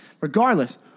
regardless